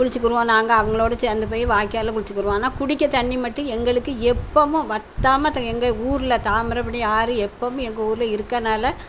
குளிச்சிக்கிடுவோம் நாங்கமக அவங்களோட சேர்ந்து போய் வாய்க்காலில் குளிச்சிக்கிடுவோம் ஆனால் குடிக்கத் தண்ணி மட்டும் எங்களுக்கு எப்போதும் வற்றாம தெ எங்கள் ஊரில் தாமிரபரணி ஆறு எப்போதுமே எங்கள் ஊரில் இருக்கனால்